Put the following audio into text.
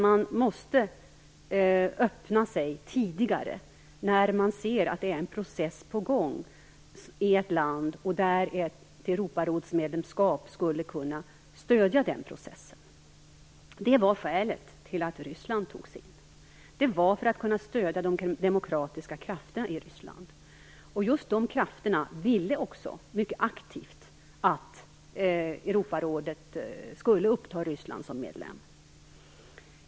Man måste öppna sig tidigare när man ser att det är en process på gång i ett land och att ett medlemskap i Europarådet kan stödja den processen. Det var skälet till att Ryssland togs in. Det var för att kunna stödja de demokratiska krafterna i Ryssland. Just de krafterna ville också mycket aktivt att Europarådet skulle uppta Ryssland som medlem.